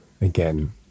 again